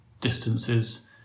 distances